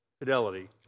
Fidelity